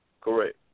Correct